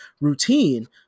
routine